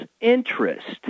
interest